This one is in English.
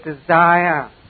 desire